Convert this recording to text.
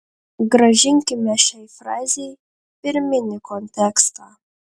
grąžinkime šiai frazei pirminį kontekstą